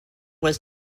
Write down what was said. was